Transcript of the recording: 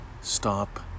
Stop